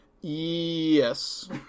Yes